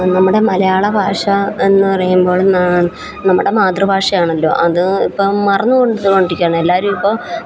നമ്മടെ മലയാള ഭാഷാ എന്ന് പറയുമ്പോൾ നമ്മുടെ മാതൃഭാഷ ആണല്ലോ അത് ഇപ്പം മറന്ന് കൊണ്ടിരിക്കുകയാണ് എല്ലാവരും ഇപ്പോൾ